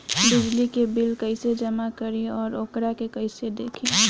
बिजली के बिल कइसे जमा करी और वोकरा के कइसे देखी?